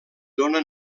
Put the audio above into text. dóna